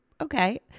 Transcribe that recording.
okay